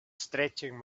stretching